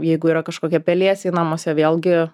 jeigu yra kažkokie pelėsiai namuose vėlgi